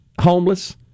homeless